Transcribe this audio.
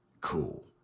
cool